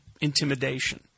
intimidation